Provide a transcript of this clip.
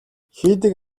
хийдэг